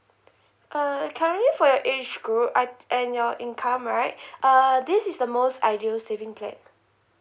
uh currently for your age group I and your income right uh this is the most ideal saving plan